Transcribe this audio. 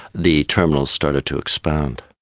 the terminal started to expand.